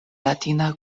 latina